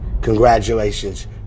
Congratulations